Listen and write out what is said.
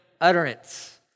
utterance